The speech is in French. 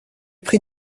pris